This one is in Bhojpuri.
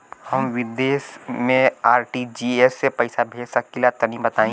हम विदेस मे आर.टी.जी.एस से पईसा भेज सकिला तनि बताई?